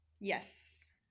Yes